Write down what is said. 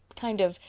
kind of.